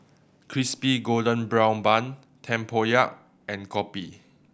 Crispy Golden Brown Bun tempoyak and kopi